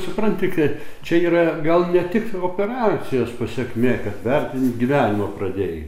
supranti kai čia yra gal ne tik operacijos pasekmė kad vertint gyvenimą pradėjai